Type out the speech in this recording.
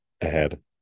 ahead